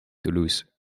toulouse